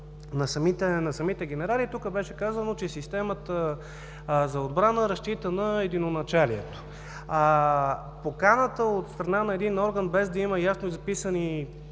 на самите генерали, тук беше казано, че системата за отбрана разчита на единоначалието. Поканата от страна на един орган, без да има ясно записани